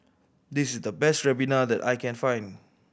this is the best ribena that I can find